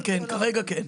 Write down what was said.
כן, כן, כרגע כן.